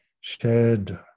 shared